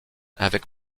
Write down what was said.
avec